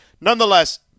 nonetheless